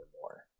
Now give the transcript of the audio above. more